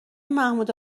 محمود